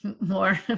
More